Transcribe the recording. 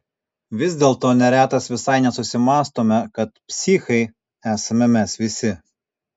vis dėlto neretas visai nesusimąstome kad psichai esame mes visi